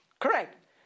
Correct